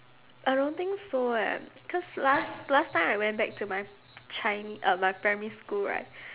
I don't think so eh cause last last time I went back to my chinese uh my primary school right